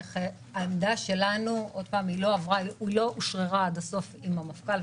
העמדה שלנו לא אושררה עד הסוף עם המפכ"ל,